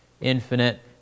infinite